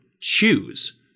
choose